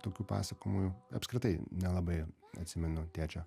tokių pasakojimų apskritai nelabai atsimenu tėčio